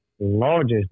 largest